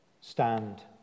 stand